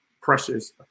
Precious